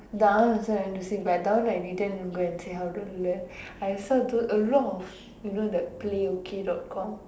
that one also I went to see but that one I didn't go and see how to learn I saw a lot of you know the play okay dot com